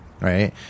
right